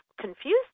confused